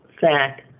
fact